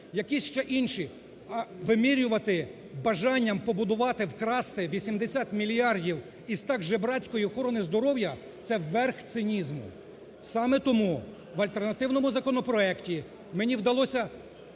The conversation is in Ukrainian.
якісь ще інші, а вимірювати бажанням побудувати, вкрасти 80 мільярді із і так жебрацької охорони здоров'я – це верх цинізму. Саме тому в альтернативному законопроекті мені вдалося